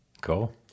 Cool